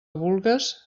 vulgues